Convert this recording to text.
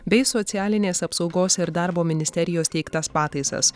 bei socialinės apsaugos ir darbo ministerijos teiktas pataisas